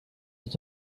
het